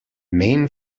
main